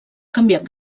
canviat